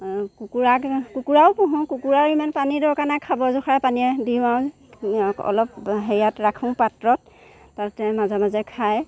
কুকুৰাক কুকুৰাও পোহো কুকুৰাৰ ইমান পানী দৰকাৰ নাই খাব জোখাৰে পানী দিওঁ আ অলপ সেয়াত ৰাখো পানী পাত্ৰত তাতে মাজে মাজে খায়